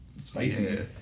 Spicy